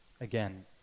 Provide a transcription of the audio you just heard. again